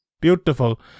beautiful